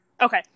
Okay